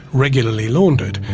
regularly laundered,